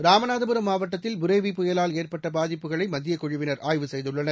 ராமநாதபுரம் மாவட்டத்தில் புரெவி புயலால் ஏற்பட்ட பாதிப்புகளை மத்தியக்குழவினா் ஆய்வு செய்துள்ளன்